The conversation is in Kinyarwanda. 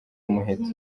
umuheto